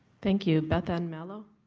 thank you. beth anne mallow?